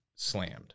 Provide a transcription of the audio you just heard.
slammed